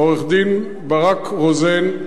עורך-דין ברק רוזן.